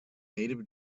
native